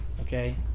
Okay